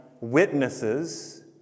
witnesses